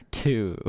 two